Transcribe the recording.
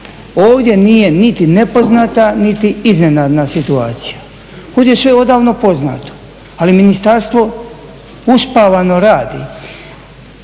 Ovdje nije niti nepoznata niti iznenadna situacija. Ovdje je sve odavno poznato ali ministarstvo uspavano radi.